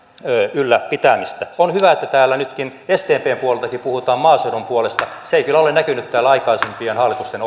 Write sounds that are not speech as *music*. ylläpitämistä on hyvä että täällä nyt sdpn puoleltakin puhutaan maaseudun puolesta se ei kyllä ole näkynyt täällä aikaisempien hallitusten *unintelligible*